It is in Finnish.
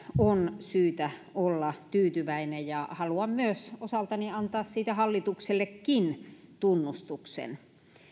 on syytä olla tyytyväinen ja haluan myös osaltani antaa siitä hallituksellekin tunnustuksen